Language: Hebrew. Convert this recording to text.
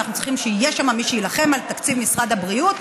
אנחנו צריכים שיהיה שם מי שיילחם על תקציב משרד הבריאות,